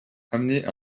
amener